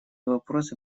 вопросы